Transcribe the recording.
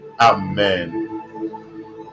amen